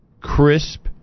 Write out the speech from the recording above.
crisp